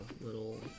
little